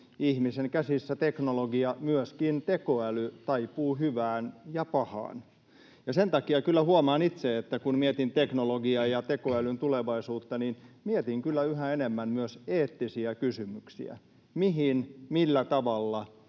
ihmisen käsissä teknologia, myöskin tekoäly, taipuu hyvään ja pahaan, ja sen takia kyllä huomaan itse, kun mietin teknologian ja tekoälyn tulevaisuutta, että mietin kyllä yhä enemmän myös eettisiä kysymyksiä: mihin, millä tavalla